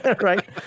right